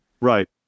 right